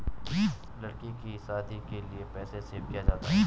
लड़की की शादी के लिए पैसे सेव किया जाता है